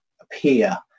appear